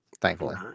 thankfully